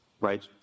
right